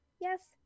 Yes